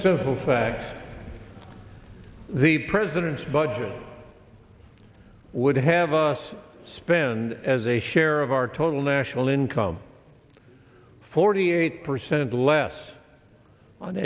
simple fact the president's budget would have a spend as a share of our total national income forty eight percent less on